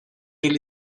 ele